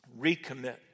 recommit